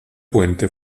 puente